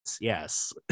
Yes